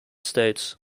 states